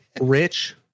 Rich